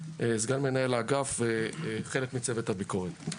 סגן מנהל האגף וחלק מצוות הביקורת.